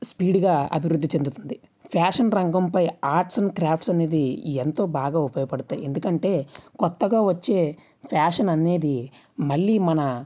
స్పీడ్గా అభివృద్ధి చెందుతుంది ఫ్యాషన్ రంగంపై ఆర్ట్స్ అండ్ క్రాఫ్ట్స్ అనేది ఎంతో బాగా ఉపయోగపడతాయి ఎందుకంటే కొత్తగా వచ్చే ఫ్యాషన్ అనేది మళ్ళీ మన